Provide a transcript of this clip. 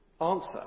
Answer